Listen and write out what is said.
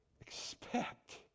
expect